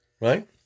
right